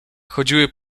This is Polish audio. chodziły